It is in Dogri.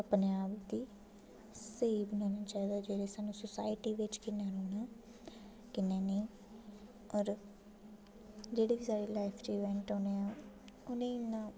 अपने आप गी स्हेई बनाना चाहिदा कि स्हान्नूं सोसायटी बिच केह् नेह् आं होर जेह्ड़े साढे लाईफ च इवेंट औने न उ'नें ई इन्ना